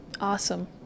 Awesome